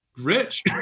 rich